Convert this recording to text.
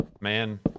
Man